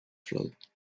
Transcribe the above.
float